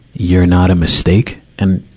you're not a mistake. and,